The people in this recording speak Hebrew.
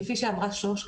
כפי שאמרה שוש,